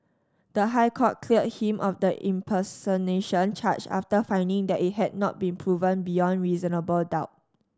the High Court cleared him of the impersonation charge after finding that it had not been proven beyond reasonable doubt